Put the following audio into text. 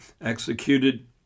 executed